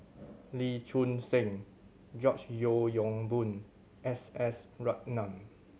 Lee Choon Seng George Yeo Yong Boon S S Ratnam